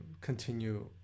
continue